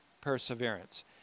perseverance